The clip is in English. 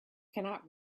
cannot